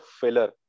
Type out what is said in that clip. filler